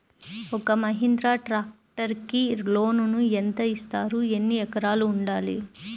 ఒక్క మహీంద్రా ట్రాక్టర్కి లోనును యెంత ఇస్తారు? ఎన్ని ఎకరాలు ఉండాలి?